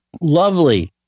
lovely